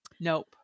Nope